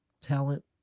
talent